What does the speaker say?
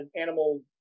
animal